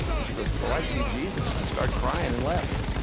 and she goes, well, i see jesus, and started crying and left.